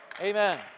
Amen